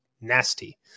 nasty